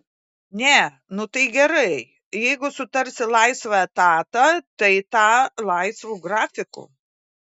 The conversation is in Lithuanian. ne nu tai gerai jeigu sutarsi laisvą etatą tai tą laisvu grafiku